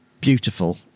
beautiful